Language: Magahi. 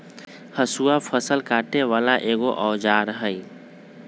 हसुआ फ़सल काटे बला एगो औजार हई